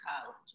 college